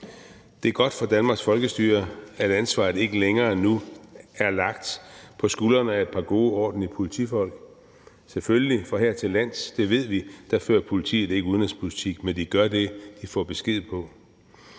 Det er godt for Danmarks folkestyre, at ansvaret nu ikke længere er lagt på skuldrene af et par gode, ordentlige politifolk. Selvfølgelig, for hertillands – det ved vi – fører politiet ikke udenrigspolitik, men de gør det, de får besked på.